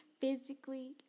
physically